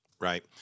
right